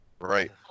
right